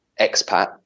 expat